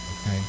okay